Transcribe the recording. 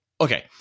okay